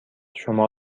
شما